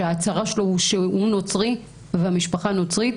שההצהרה שלו שהוא נוצרי והמשפחה נוצרית,